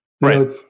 Right